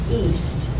east